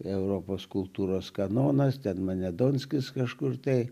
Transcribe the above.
europos kultūros kanonas ten mane donskis kažkur tai